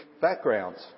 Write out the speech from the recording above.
backgrounds